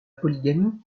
polygamie